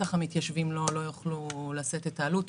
בטח המתיישבים לא יוכלו לשאת בעלות,